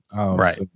right